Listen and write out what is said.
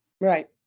Right